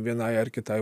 vienai ar kitai